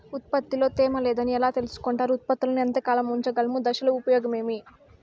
ఉత్పత్తి లో తేమ లేదని ఎలా తెలుసుకొంటారు ఉత్పత్తులను ఎంత కాలము ఉంచగలము దశలు ఉపయోగం ఏమి?